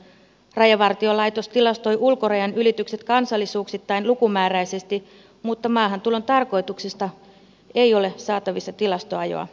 rajavartiolaitos tilastoi ulkorajan ylitykset kansallisuuksittain lukumääräisesti mutta maahantulon tarkoituksista ei ole saatavissa tilastoajoa